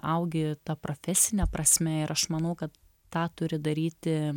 augi ta profesine prasme ir aš manau kad tą turi daryti